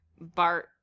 BART